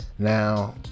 Now